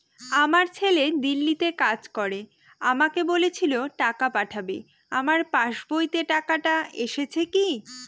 আমার ছেলে দিল্লীতে কাজ করে আমাকে বলেছিল টাকা পাঠাবে আমার পাসবইতে টাকাটা এসেছে কি?